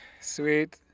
sweet